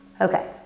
okay